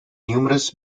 numerous